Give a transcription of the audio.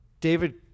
David